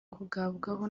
kugabwaho